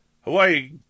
Hawaii